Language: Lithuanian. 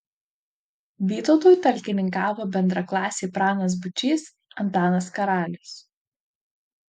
vytautui talkininkavo bendraklasiai pranas būčys antanas karalius